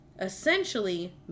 essentially